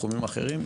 תחומים אחרים,